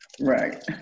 Right